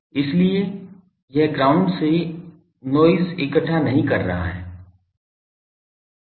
इसलिए यह ग्राउंड से नॉइज़ इकट्ठा नहीं कर रहा है